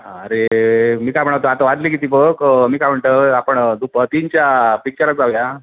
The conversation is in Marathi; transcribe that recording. अरे मी का म्हणा तो आता वादले किती बघ मी का म्हणतं आपण दुप तीनच्या पिक्चरा जाऊ या